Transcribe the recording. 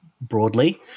broadly